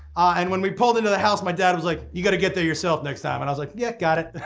and when we pulled into the house, my dad was like, you gotta get there yourself next time. and i was like, yeah, got it.